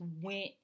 went